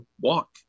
walk